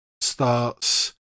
starts